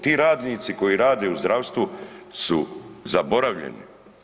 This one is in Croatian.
Ti radnici koji rade u zdravstvu su zaboravljeni.